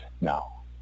now